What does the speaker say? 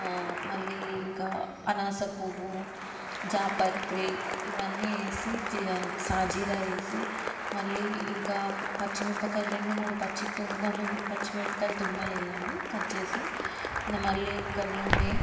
మళ్ళీ ఇంకా అనాసపువ్వు జాపత్రి ఇవన్నీ వేసి సాజీర వేసి మళ్ళీ ఇంకా పచ్చిమిరపకాయలు రెండు మూడు పచ్చి తొడుమలు పచ్చిమిరపకాయలు తొడుమలు వేయాలి కట్ చేసి మళ్ళీ ఇంకా నూనె